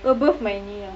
above my knee ah